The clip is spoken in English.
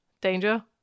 Danger